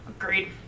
Agreed